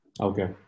Okay